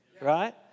right